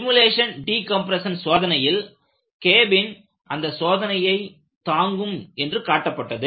simulation decompression சோதனையில் cabin அந்த சோதனையை தாங்கும் என்று காட்டப்பட்டது